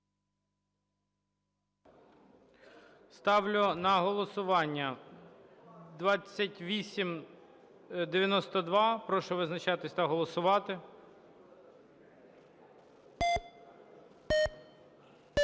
Ставлю на голосування 2896. Прошу визначатись та голосувати.